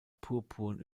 purpurn